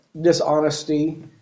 dishonesty